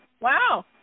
wow